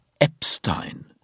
Epstein